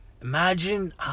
Imagine